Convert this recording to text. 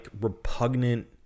repugnant